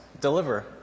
deliver